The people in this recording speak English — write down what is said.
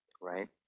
right